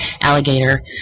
Alligator